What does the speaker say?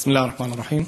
בסם אללה א-רחמאן א-רחים.